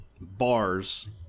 bars